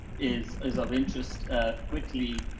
is, is of interest, ah, quickly.